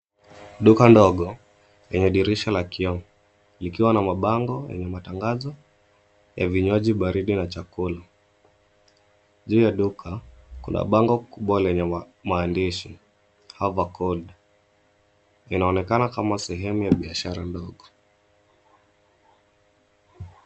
Duka ndogo lenye dirisha la kioo, likiwa na mabango yenye matangazo ya vinywaji baridi na chakula. Juu ya duka kuna bango kubwa lenye maandishi Have a cold inaonekana kama sehemu ya biashara ndogo.